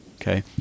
okay